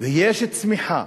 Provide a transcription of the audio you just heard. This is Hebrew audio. ויש צמיחה,